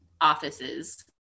offices